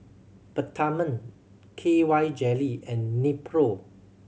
Peptamen K Y Jelly and Nepro